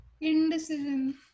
indecision